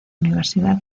universidad